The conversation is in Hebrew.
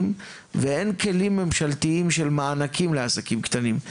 ואין כלים ממשלתיים של מענקים לעסקים קטנים,